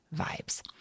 vibes